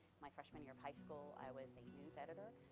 my freshman year of high school, i was a news editor.